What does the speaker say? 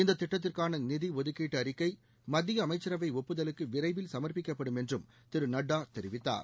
இந்த திட்டத்திற்கான நிதி ஒதுக்கீட்டு அறிக்கை மத்திய அமைச்சரவை ஒப்புதலுக்கு விரைவில் சமர்ப்பிக்கப்படும் என்றம் திரு நட்டா தெரிவித்தார்